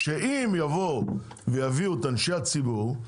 שאם יבואו ויביאו את אנשי הציבור,